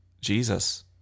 Jesus